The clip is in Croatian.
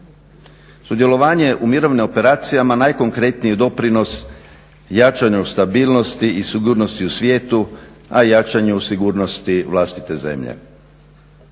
Sudjelovanje u mirovnim operacijama najkonkretniji je doprinos jačanju stabilnosti i sigurnosti u svijetu, a i jačanju sigurnosti vlastite zemlje.